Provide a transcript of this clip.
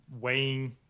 weighing